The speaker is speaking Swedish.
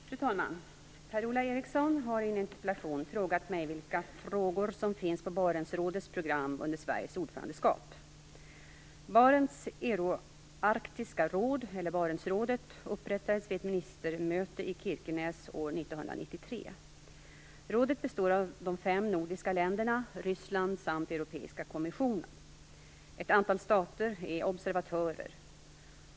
Fru talman! Per-Ola Eriksson har i en interpellation frågat mig vilka frågor som finns på Barentsrådets program under Sveriges ordförandeskap. Barents euro-arktiska råd, eller Barentsrådet, upprättades vid ett ministermöte i Kirkenes år 1993. Rådet består av de fem nordiska länderna, Ryssland samt Europeiska kommissionen. Ett antal stater är observatörer.